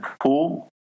pool